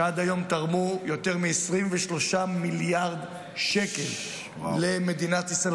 שעד היום תרמו יותר מ-23 מיליארד שקל למדינת ישראל,